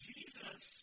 Jesus